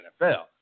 NFL